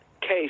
case